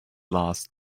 last